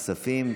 כספים.